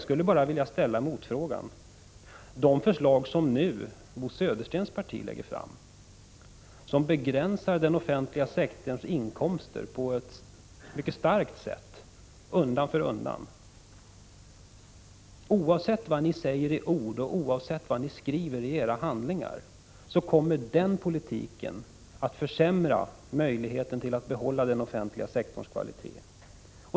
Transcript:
De förslag som Bo Söderstens parti nu lägger fram, som undan för undan begränsar den offentliga sektorns inkomster på ett mycket starkt sätt, kommer oavsett vad ni säger i ord och oavsett vad ni skriver i era handlingar att försämra möjligheten att behålla den offentliga sektorns kvalitet.